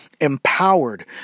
empowered